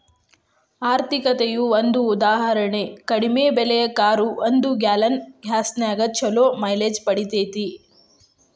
ಆರ್ಥಿಕತೆಯ ಒಂದ ಉದಾಹರಣಿ ಕಡಿಮೆ ಬೆಲೆಯ ಕಾರು ಒಂದು ಗ್ಯಾಲನ್ ಗ್ಯಾಸ್ನ್ಯಾಗ್ ಛಲೋ ಮೈಲೇಜ್ ಪಡಿತೇತಿ